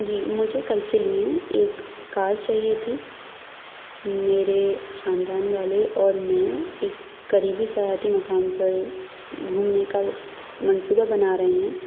جی مجھے کل کے لیے ایک کار چاہیے تھی میرے خاندان والے اور میں ایک قریبی سیاحتی مقام پر گھومنے کا منصوبہ بنا رہے ہیں